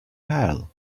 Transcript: pearl